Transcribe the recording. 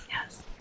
Yes